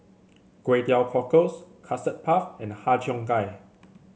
Kway Teow Cockles Custard Puff and Har Cheong Gai